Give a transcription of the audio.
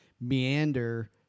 meander